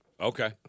Okay